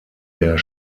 der